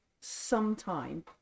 sometime